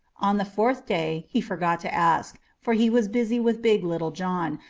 on the fourth day he forgot to ask, for he was busy with big little john,